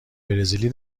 برزیلی